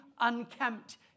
unkempt